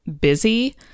busy